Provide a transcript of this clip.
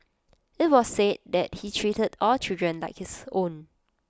IT was said that he treated all children like his own